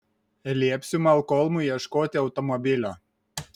liepsiu malkolmui ieškoti automobilio